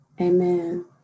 Amen